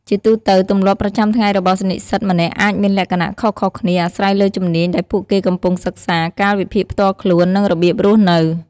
ជាទូទៅ ទម្លាប់ប្រចាំថ្ងៃរបស់និស្សិតម្នាក់អាចមានលក្ខណៈខុសៗគ្នាអាស្រ័យលើជំនាញដែលពួកគេកំពុងសិក្សា កាលវិភាគផ្ទាល់ខ្លួន និងរបៀបរស់នៅ។